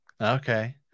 Okay